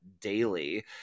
daily